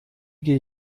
gehe